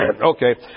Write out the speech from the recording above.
Okay